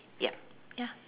ya ya